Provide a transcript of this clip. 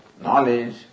knowledge